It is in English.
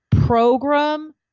program